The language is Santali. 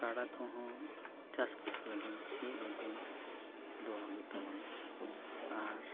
ᱛᱚ ᱠᱟᱰᱟ ᱠᱚᱦᱚᱸ ᱪᱟᱥᱵᱟᱥ ᱞᱟᱹᱜᱤᱫ ᱥᱤᱭᱳᱜ ᱞᱟᱹᱜᱤᱫ ᱫᱚᱦᱚ ᱦᱩᱭᱩᱜ ᱛᱟᱵᱚᱱᱟ ᱟᱨ